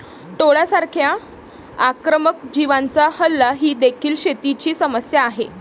टोळांसारख्या आक्रमक जीवांचा हल्ला ही देखील शेतीची समस्या आहे